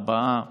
ארבעה